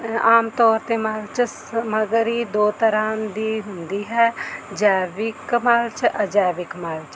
ਆਮ ਤੌਰ 'ਤੇ ਮਲਚ ਸਮੱਗਰੀ ਦੋ ਤਰ੍ਹਾਂ ਦੀ ਹੁੰਦੀ ਹੈ ਜੈਵਿਕ ਮਲਚ ਅਜੈਵਿਕ ਮਲਚ